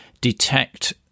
detect